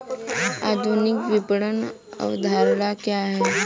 आधुनिक विपणन अवधारणा क्या है?